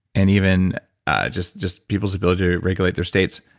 and even just just people's ability to regulate their states.